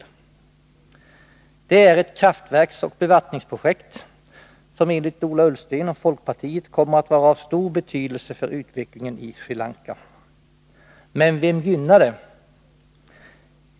Jo, det är ett kraftverksoch bevattningsprojekt, som enligt Ola Ullsten och folkpartiet kommer att vara av stor betydelse för utvecklingen i Sri Lanka. Men vem gynnar det?